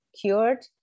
cured